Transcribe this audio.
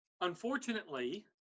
Unfortunately